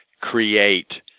create